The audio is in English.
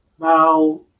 Now